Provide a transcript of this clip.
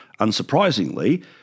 unsurprisingly